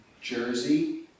Jersey